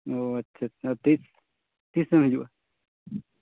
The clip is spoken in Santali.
ᱚᱸᱻ ᱟᱪᱪᱷᱟ ᱟᱪᱪᱷᱟ ᱛᱤᱥ ᱛᱤᱥ ᱮᱢ ᱦᱤᱡᱩᱜᱼᱟ